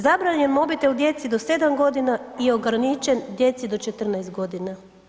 Zabranjen mobitel djeci do 7 g. i ograničen djeci do 14 godina.